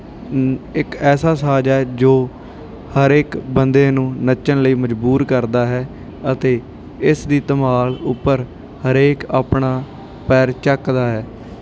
ਇੱਕ ਐਸਾ ਸਾਜ਼ ਹੈ ਜੋ ਹਰ ਇੱਕ ਬੰਦੇ ਨੂੰ ਨੱਚਣ ਲਈ ਮਜ਼ਬੂਰ ਕਰਦਾ ਹੈ ਅਤੇ ਇਸ ਦੀ ਧਮਾਲ ਉੱਪਰ ਹਰੇਕ ਆਪਣਾ ਪੈਰ ਚੱਕਦਾ ਹੈ